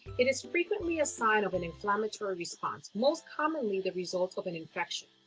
it is frequently a sign of an inflammatory response most commonly the result of an infection.